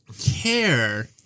care